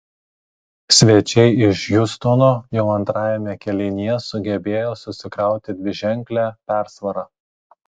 svečiai iš hjustono jau antrajame kėlinyje sugebėjo susikrauti dviženklę persvarą